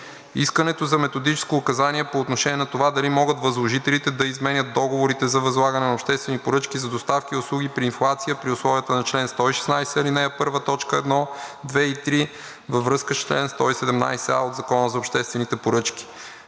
Искането за методическо указание е по отношение на това дали могат възложителите да изменят договорите за възлагане на обществени поръчки за доставки и услуги при инфлация при условията на чл. 116, ал. 1, точки 1, 2 и 3, във връзка с чл. 117а от Закона за обществените поръчки